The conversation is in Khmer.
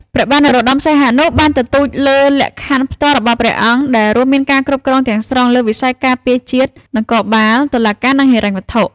ព្រះបាទនរោត្តម សីហនុបានទទូចលើលក្ខខណ្ឌផ្ទាល់របស់ព្រះអង្គ ដែលរួមមានការគ្រប់គ្រងទាំងស្រុងលើវិស័យការពារជាតិ នគរបាល តុលាការ និងហិរញ្ញវត្ថុ។